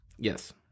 Yes